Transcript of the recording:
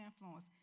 influence